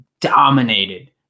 dominated